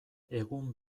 egun